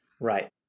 Right